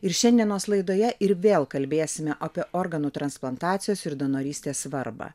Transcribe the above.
ir šiandienos laidoje ir vėl kalbėsime apie organų transplantacijos ir donorystės svarbą